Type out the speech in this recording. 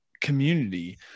community